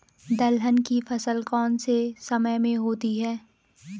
दलहन की फसल कौन से समय में होती है?